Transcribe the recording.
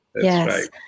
Yes